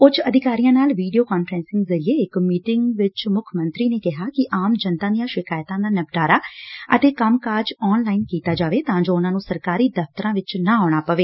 ਉਚ ਅਧਿਕਾਰੀਆਂ ਨਾਲ ਵੀਡੀਓ ਕਾਨਫਰੈਸਿੰਗ ਦੇ ਜ਼ਰੀਏ ਇਕ ਮੀਟਿੰਗ ਵਿਚ ਮੁੱਖ ਮੰਤਰੀ ਨੇ ਕਿਹਾ ਕਿ ਆਮ ਜਨਤਾ ਦੀਆਂ ਸ਼ਿਕਾਇਤਾਂ ਦਾ ਨਿਪਟਾਰਾ ਅਤੇ ਕੰਮ ਕਾਜ ਆਨ ਲਾਈਨ ਕੀਤਾ ਜਾਵੇ ਤਾਂ ਜੋ ਉਨਾਂ ਨੂੰ ਸਰਕਾਰੀ ਦਫ਼ਤਰਾਂ ਚ ਨਾ ਆਉਣਾ ਪਵੇ